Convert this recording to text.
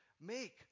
make